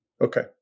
Okay